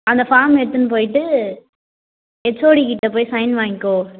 அந்த ஃபார்ம் எடுத்துன்னு போய்ட்டு ஹெச்ஓடி கிட்ட போய் சைன் வாங்கிக்கோ